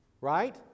right